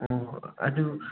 ꯑꯣ ꯑꯗꯨ